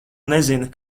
nezina